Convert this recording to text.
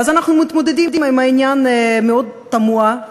ואז אנחנו מתמודדים עם עניין מאוד תמוה,